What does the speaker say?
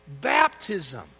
baptism